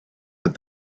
that